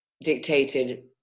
dictated